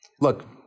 look